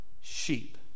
sheep